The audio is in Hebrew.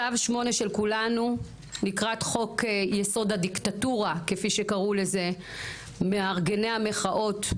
צו 8 של כולנו לקראת חוק יסוד הדיקטטורה כפי שקראו לזה מארגני המחאות,